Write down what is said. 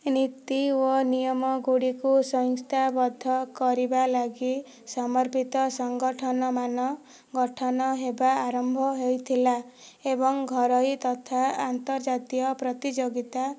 ନୀତି ଓ ନିୟମଗୁଡ଼ିକୁ ସଂସ୍ଥାାବଦ୍ଧ କରିବା ଲାଗି ସମର୍ପିତ ସଂଗଠନମାନ ଗଠନ ହେବା ଆରମ୍ଭ ହୋଇଥିଲା ଏବଂ ଘରୋଇ ତଥା ଆନ୍ତର୍ଜାତୀୟ ପ୍ରତିଯୋଗିତା